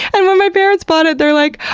and when my parents bought it they were like,